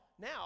now